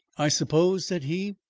i suppose, said he,